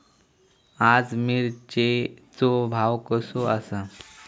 आज मिरचेचो भाव कसो आसा?